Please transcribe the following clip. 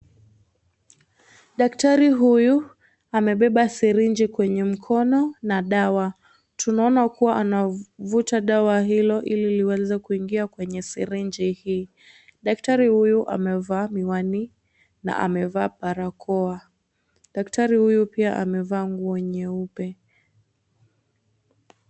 Daktari huyu amebeba sirinji kwenye mkono na dawa. Tunaona kuwa anavuta dawa hilo ili liweze kuingia kwenye sirinji hii. Daktari huyu amevaa miwani na amevaa barakoa, daktari huyu pia amevaa nguo nyeupe.